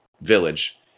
village